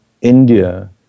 India